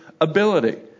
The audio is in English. ability